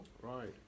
right